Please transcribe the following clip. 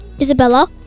Isabella